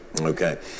Okay